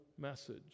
message